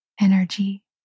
energy